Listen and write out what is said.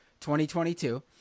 2022